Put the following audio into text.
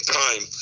time